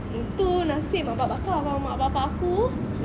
tu nasib mak bapak kau kalau mak bapak aku